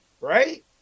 Right